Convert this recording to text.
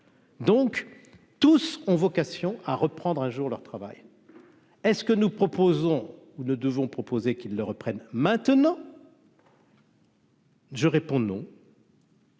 Donc, tous ont vocation à reprendre un jour leur travail est ce que nous proposons, où ne devons proposer qu'ils reprennent maintenant. Je réponds : non.